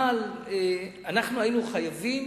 אבל אנחנו היינו חייבים